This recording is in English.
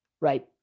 right